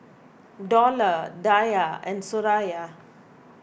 Dollah Dhia and Suraya